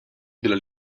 della